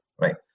right